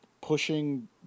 pushing